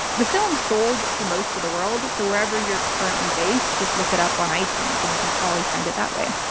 the film sold to most of the world, so wherever you're currently based, just look it up on itunes and you can probably find it that way.